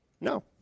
No